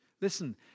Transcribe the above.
Listen